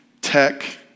tech